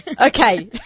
Okay